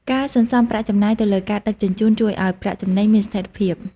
ការសន្សំប្រាក់ចំណាយទៅលើការដឹកជញ្ជូន ជួយឱ្យប្រាក់ចំណេញមានស្ថិរភាព។